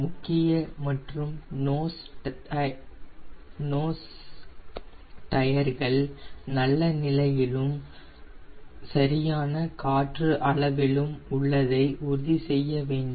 முக்கிய மற்றும் nose wheel டயர்கள் நல்ல நிலையிலும் சரியான காற்று அளவிலும் உள்ளதை உறுதி செய்ய வேண்டும்